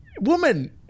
Woman